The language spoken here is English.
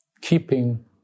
keeping